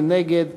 מי נגד?